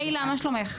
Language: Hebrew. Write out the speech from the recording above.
הי הילה מה שלומך?